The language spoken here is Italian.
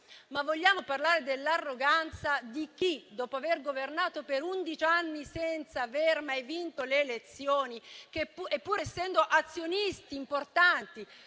ma vogliamo parlare dell'arroganza di chi, dopo aver governato per undici anni senza aver mai vinto le elezioni e pur essendo azionista importante,